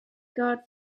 guard